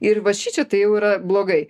ir va šičia tai jau yra blogai